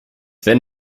wenn